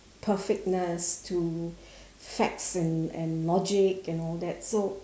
perfectness to facts and and logic and all that so